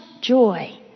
joy